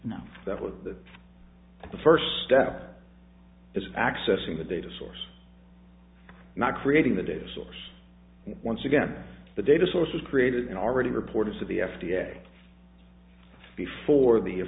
now that with the first step is accessing the data source not creating the data source once again the data source is created and already reported to the f d a before the a